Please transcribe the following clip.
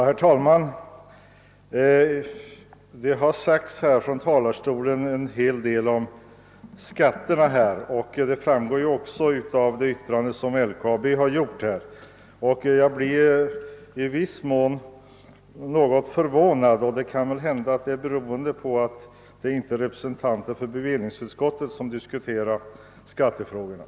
Herr talman! Det har sagts en hel del om skatterna både från talarstolen och i LKAB:s yttrande. Jag har blivit något förvånad över de uttalanden som därvid gjorts, men det kanske beror på att det inte är ledamöter i bevillningsutskottet som diskuterat skattefrågorna.